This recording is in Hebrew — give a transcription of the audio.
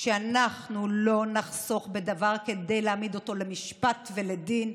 שאנחנו לא נחסוך בדבר כדי להעמיד אותו למשפט ולדין,